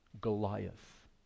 Goliath